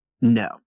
No